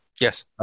Yes